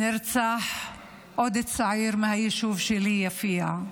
נרצח עוד צעיר מהיישוב שלי, יפיע.